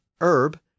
herb